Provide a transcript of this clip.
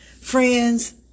Friends